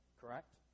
correct